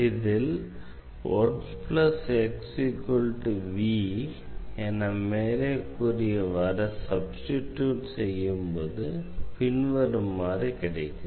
இதில் என மேலே கூறியவாறு சப்ஸ்டிடியூட் செய்யும்போது பின்வருமாறு கிடைக்கிறது